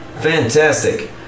Fantastic